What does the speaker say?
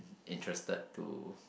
interested to